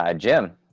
ah jim,